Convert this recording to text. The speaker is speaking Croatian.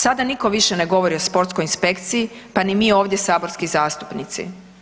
Sada niko više ne govori o sportskoj inspekciji, pa ni mi ovdje saborski zastupnici.